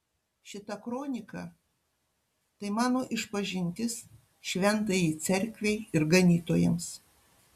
šita kronika tai mano išpažintis šventajai cerkvei ir ganytojams